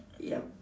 yup